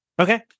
okay